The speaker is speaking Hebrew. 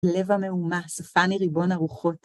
בלב המהומה אספני ריבון הרוחות.